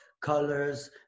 colors